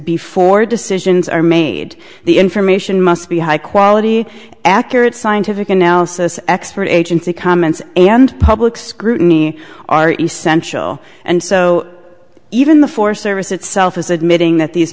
before decisions are made the information must be high quality accurate scientific analysis expert agency comments and public scrutiny are essential and so even the forest service itself is admitting that these